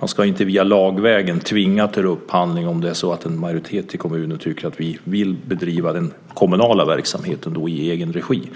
Man ska inte lagvägen tvinga till upphandling om det är så att en majoritet i kommunen tycker att de vill bedriva den kommunala verksamheten i egen regi.